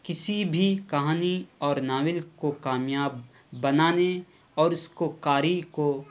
کسی بھی کہانی اور ناول کو کامیاب بنانے اور اس کو قاری کو